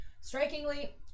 Strikingly